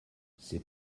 ces